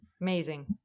amazing